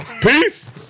Peace